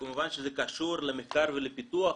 כמובן שזה קשור למחקר ולפיתוח,